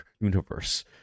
universe